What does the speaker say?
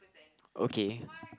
okay